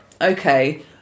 okay